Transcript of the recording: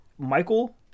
michael